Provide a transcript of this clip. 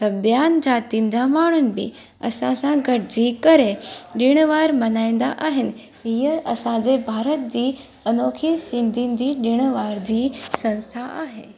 त ॿियनि जातियुनि जा माण्हू बि असांसा गॾिजी करे ॾिण वार मल्हाईंदा आहिनि हीअ असांजे भारत जी अनोखी सिंधियुनि जी ॾिण वार जी संस्था आहे